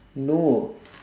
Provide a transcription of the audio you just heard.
no